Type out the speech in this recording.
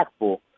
impactful